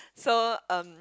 so um